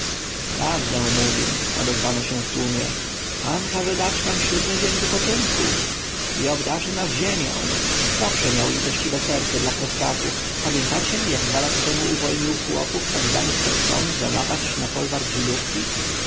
prawdę mówi odezwano się w tłumie pan każe dać nam siódmy dzień wypoczynku i obdarzy nas ziemią zawsze miał litościwe serce dla prostaków pamiętacie jak dwa lata temu uwolnił chłopów oddanych pod sąd za napaść na folwark żydówki